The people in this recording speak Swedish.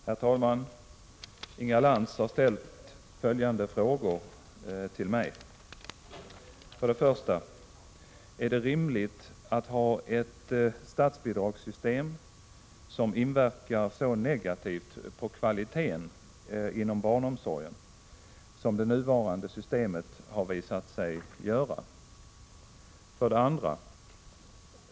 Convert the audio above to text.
Herr talman! Inga Lantz har ställt följande frågor till mig: 1. Är det rimligt att ha ett statsbidragssystem som inverkar så negativt på kvaliteten inom barnomsorgen som det nuvarande systemet har visat sig göra? 2.